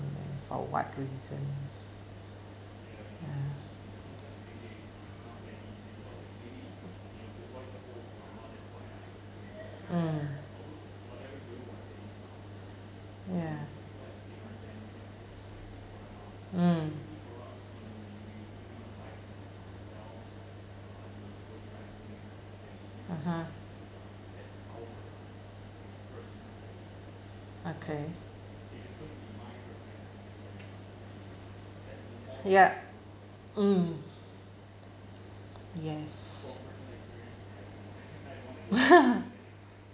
mm for what reasons ya mm ya mm (uh huh) okay yup mm yes